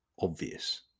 obvious